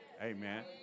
Amen